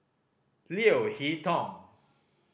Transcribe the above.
Leo Hee Tong